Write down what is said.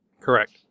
Correct